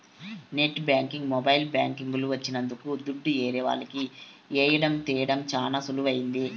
net banking mobile banking లు వచ్చినంక దుడ్డు ఏరే వాళ్లకి ఏయడం తీయడం చానా సులువైంది